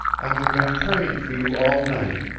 i have been praying for you all night.